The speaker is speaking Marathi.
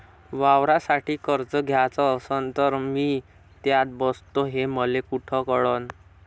वावरासाठी कर्ज घ्याचं असन तर मी त्यात बसतो हे मले कुठ कळन?